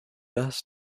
das